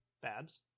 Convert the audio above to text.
Babs